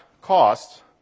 cost